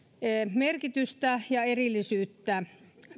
merkitystä ja erillisyyttä